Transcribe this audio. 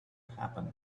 happen